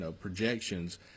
projections